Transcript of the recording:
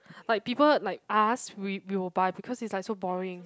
like people like us we we will buy because is like so boring